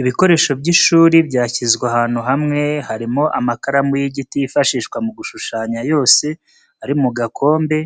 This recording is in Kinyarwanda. Ibikoresho by'ishuri byashyizwe ahantu hamwe harimo amakaramu y'igiti yifashishwa mu gushushanya yose ari mu gakombe,